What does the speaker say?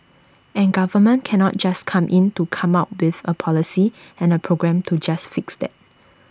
and government can not just come in to come up with A policy and A program to just fix that